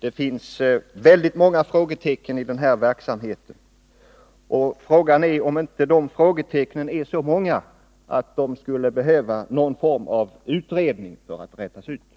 Det finns väldigt många frågetecken i den här verksamheten, och jag undrar om de inte är så många att det skulle behövas någon form av utredning för att räta ut dem.